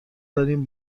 داریم